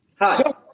Hi